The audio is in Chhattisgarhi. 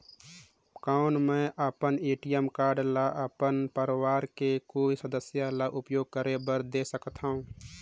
कौन मैं अपन ए.टी.एम कारड ल अपन परवार के कोई सदस्य ल उपयोग करे बर दे सकथव?